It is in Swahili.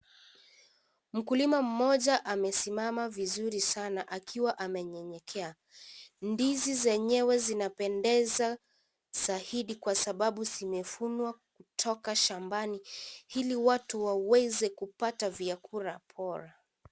Mkulima mmoja amesimama vizuri sana akiwa amenyenyekea, ndizi zenyewe zinapendeza zaidi saidi kwa sababu zimefunwa kutoka shambani ili watu waweze kupata vyakula bora.